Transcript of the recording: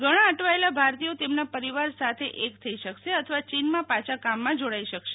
ઘણા અટવાયેલા ભારતીયો તેમના પરિવાર સાથે એક થઈ શકશે અથવા ચીનમાં પાછા કામમાં જોડાઈ શકશે